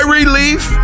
relief